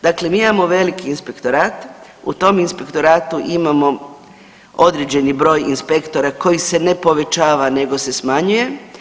Dakle, mi imamo veliki inspektorat, u tom inspektoratu imamo određeni broj inspektora koji se ne povećava nego se smanjuje.